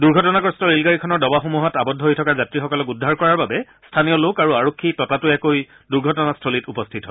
দুৰ্ঘটনাগ্ৰস্ত ৰে'লগাড়ীখনৰ ডবাসমূহত আৱদ্ধ হৈ থকা যাত্ৰীসকলক উদ্ধাৰ কৰাৰ বাবে স্থানীয় লোক আৰু আৰক্ষী ততাতৈয়াকৈ দুৰ্ঘটনাস্থলীত উপস্থিত হয়